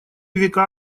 века